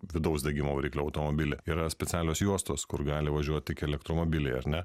vidaus degimo variklio automobilį yra specialios juostos kur gali važiuot tik elektromobiliai ar ne